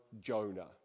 Jonah